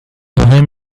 مهم